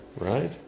right